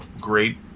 great